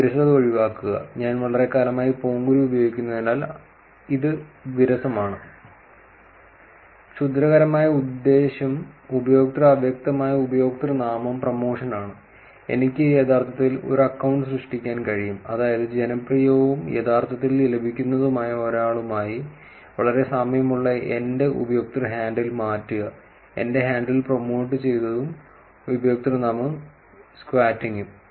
വിരസത ഒഴിവാക്കുക ഞാൻ വളരെക്കാലമായി പോങ്കുരു ഉപയോഗിക്കുന്നതിനാൽ ഇത് വിരസമാണ് ക്ഷുദ്രകരമായ ഉദ്ദേശ്യം ഉപയോക്തൃ അവ്യക്തമായ ഉപയോക്തൃനാമം പ്രമോഷൻ ആണ് എനിക്ക് യഥാർത്ഥത്തിൽ ഒരു അക്കൌണ്ട് സൃഷ്ടിക്കാൻ കഴിയും അതായത് ജനപ്രിയവും യഥാർത്ഥത്തിൽ ലഭിക്കുന്നതുമായ ഒരാളുമായി വളരെ സാമ്യമുള്ള എന്റെ ഉപയോക്തൃ ഹാൻഡിൽ മാറ്റുക എന്റെ ഹാൻഡിൽ പ്രൊമോട്ടുചെയ്തതും ഉപയോക്തൃനാമം സ്ക്വാറ്റിംഗും